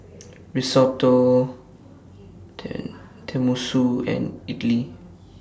Risotto Tenmusu and Idili